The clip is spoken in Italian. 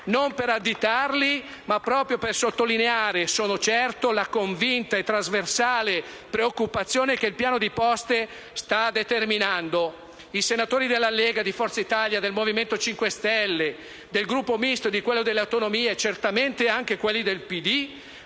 non per additarli, ma proprio per sottolineare - sono certo - la convinta e trasversale preoccupazione che il piano di Poste sta determinando. *(Applausi dal Gruppo LN-Aut)*. I senatori della Lega, di Forza Italia, del Movimento 5 Stelle, del Gruppo Misto, di quello delle Autonomie e certamente anche quelli del